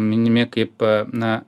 minimi kaip na